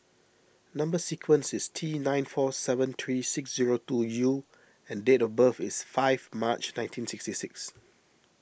Number Sequence is T nine four seven three six zero two U and date of birth is five March nineteen sixty six